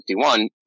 51 –